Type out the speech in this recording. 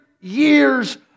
years